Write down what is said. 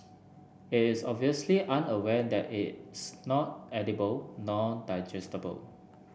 it is obviously unaware that it's not edible nor digestible